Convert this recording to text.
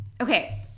okay